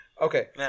Okay